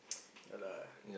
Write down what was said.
ya lah